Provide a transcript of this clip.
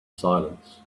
silence